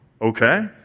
okay